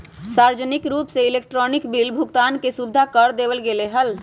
सार्वजनिक रूप से इलेक्ट्रॉनिक बिल भुगतान के सुविधा कर देवल गैले है